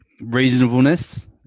reasonableness